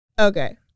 Okay